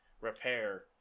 repair